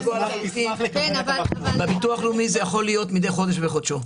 אנחנו נשמח לקבל את המחמאות.